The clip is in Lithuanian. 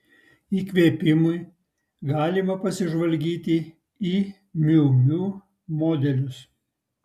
įkvėpimui galima pasižvalgyti į miu miu modelius